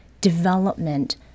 development